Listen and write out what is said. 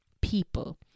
people